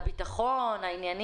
על הביטחון,